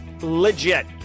legit